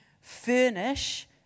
furnish